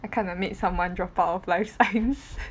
I kinda made someone dropped out of life science